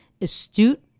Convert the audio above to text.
astute